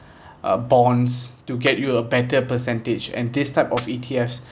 uh bonds to get you a better percentage and this type of E_T_F